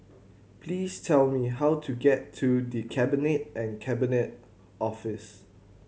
please tell me how to get to The Cabinet and Cabinet Office